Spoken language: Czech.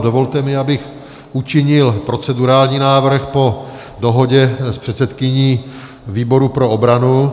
Dovolte mi, abych učinil procedurální návrh po dohodě s předsedkyní výboru pro obranu.